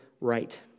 right